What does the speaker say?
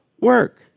work